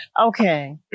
Okay